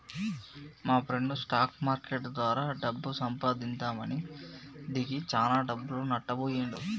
మాప్రెండు stock market ద్వారా డబ్బు సంపాదిద్దామని దిగి చానా డబ్బులు నట్టబొయ్యిండు